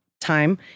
Time